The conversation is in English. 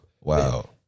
Wow